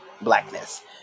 blackness